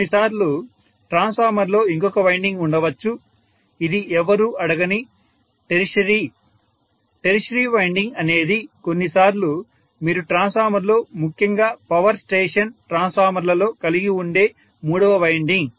కొన్నిసార్లు ట్రాన్స్ఫార్మర్ లో ఇంకొక వైండింగ్ ఉండవచ్చు ఇది ఎవ్వరూ అడగని టెర్షియరీ టెర్షియరీ వైండింగ్ అనేది కొన్నిసార్లు మీరు ట్రాన్స్ఫార్మర్లో ముఖ్యంగా పవర్ స్టేషన్ ట్రాన్స్ఫార్మర్లలో కలిగివుండే మూడవ వైండింగ్